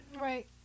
Right